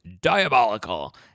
diabolical